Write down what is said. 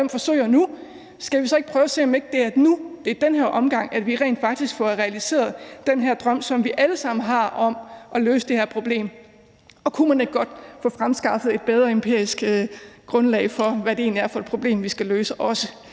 der forsøger at løse det nu, prøve at se, om det ikke er nu, altså i den her omgang, at vi rent faktisk får realiseret den her drøm, som vi alle sammen har, om at løse det her problem. Og kunne man ikke godt få fremskaffet et bedre empirisk grundlag for, hvad det egentlig er for et problem, vi skal løse?